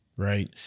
Right